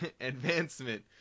advancement